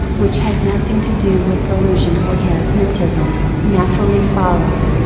which has nothing to do with delusion or hypnotism, naturally follows,